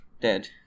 Dead